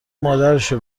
مادرشو